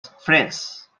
france